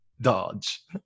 dodge